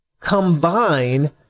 combine